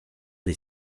des